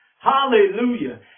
Hallelujah